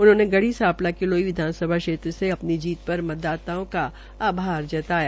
उन्होंने गढ़ी सांपला किलोई विधानसभा से अपनी जीत पर मतदाताओं का आभार जताया